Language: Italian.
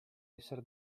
essere